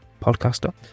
podcaster